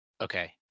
Okay